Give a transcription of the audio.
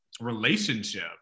relationship